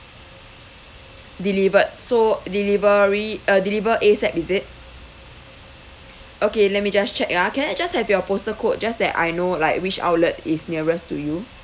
delivered so delivery uh deliver ASAP is it okay let me just check ah can I just have your postal code just that I know like which outlet is nearest to you